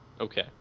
Okay